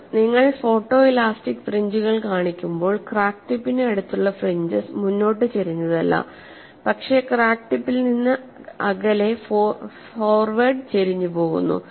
sir നിങ്ങൾ photo elastic ഫ്രിഞ്ചുകൾ കാണിക്കുമ്പോൾ ക്രാക്ക് ടിപ്പിന് അടുത്തുള്ള ഫ്രിഞ്ചെസ് മുന്നോട്ട് ചരിഞ്ഞതല്ല പക്ഷേ ക്രാക്ക് ടിപ്പിൽ നിന്ന് അകലെ ഫോർവേർഡ് ചരിഞ്ഞുപോകുന്നു